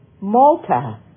Malta